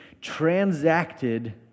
transacted